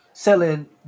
selling